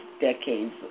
decades